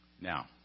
Now